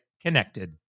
connected